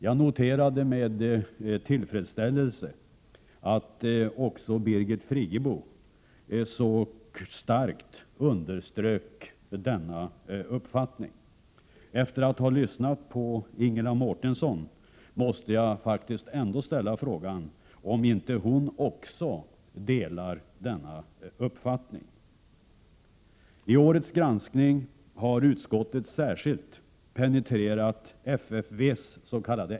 Jag noterade med tillfredsställelse att även Birgit Friggebo starkt underströk denna uppfattning. Efter att ha lyssnat till Ingela Mårtensson måste jag ställa — Prot. 1987/88:132 frågan om inte också hon delar denna uppfattning. 2 juni 1988 IT årets granskning har utskottet särskilt penetrerat FFV:ss.k.